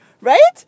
Right